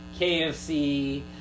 KFC